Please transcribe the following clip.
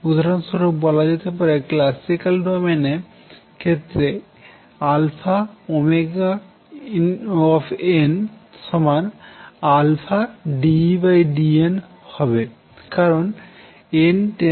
উদাহরণস্বরূপ বলা যেতে পারে ক্লাসিক্যাল ডোমেইন এর ক্ষেত্রে αωnαdEdnহবে কারণ n→ ∞